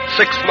six